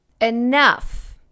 Enough